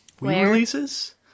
releases